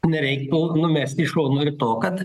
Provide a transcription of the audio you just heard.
nereiktų numesti į šoną ir to kad